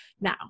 now